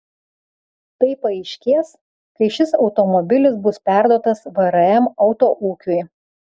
tai paaiškės kai šis automobilis bus perduotas vrm autoūkiui